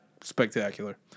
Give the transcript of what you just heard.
spectacular